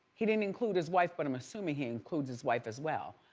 he didn't include his wife but i'm assuming he includes his wife as well.